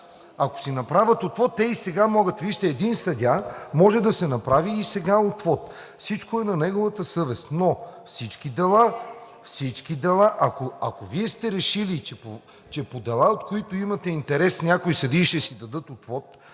Ако си направят отвод, те и сега могат. Вижте, един съдия може да си направи и сега отвод – всичко е на неговата съвест. Ако Вие сте решили, че по дела, от които имате интерес и някои съдии ще си дадат отвод,